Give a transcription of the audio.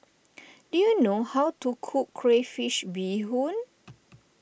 do you know how to cook Crayfish BeeHoon